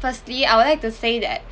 firstly I would like to say that